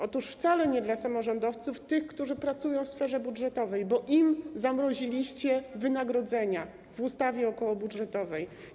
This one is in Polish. Otóż wcale nie dla samorządowców, tych, którzy pracują w sferze budżetowej, bo im zamroziliście wynagrodzenia w ustawie okołobudżetowej.